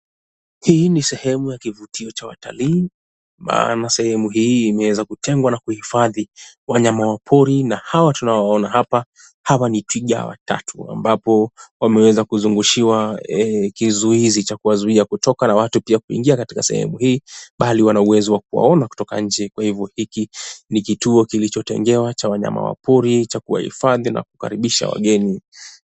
Hii ni sehemu ya kivutio cha watalii maana sehemu hii imeweza kutengwa na kuhifadhi wanyama wa pori na hawa tunawaona hapa hawa ni twiga watatu ambapo wameweza kuzungushiwa kizuizi cha kuwazuia kutoka na watu pia kuingia katika sehemu hii bali wana uwezo wa kuwaona kutoka nje kwa hivo hiki ni kituo kilichotengewa cha wanyama wa pori cha kuwahifadhi na kukaribisha wageni.